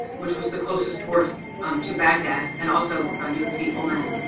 which was the closest port to baghdad. and also you can see oman,